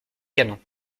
canons